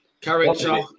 character